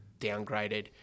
downgraded